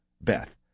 Beth